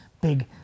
big